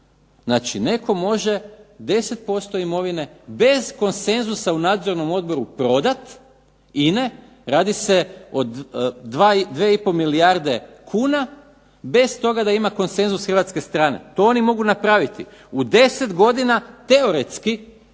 Znači netko može 10% imovine bez konsenzusa u nadzornom odboru prodati INA-e, radi se o 2 i pol milijarde kuna, bez toga da ima konsenzus hrvatske strane, to oni mogu napraviti. U 10 godina teoretski